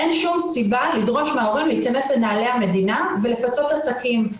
אין שום סיבה לדרוש מההורים להיכנס לנעלי המדינה ולפצות עסקים.